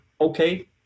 okay